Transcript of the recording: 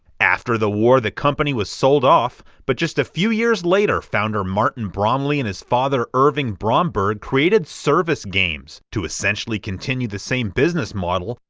after the war, the company was sold off, but just a few years later founder martin bromley and his father irving bromberg created service games to essentially continue the same business model,